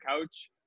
couch